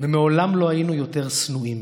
ומעולם לא היינו יותר שנואים.